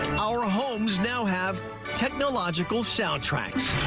our homes now have technological soundtracks.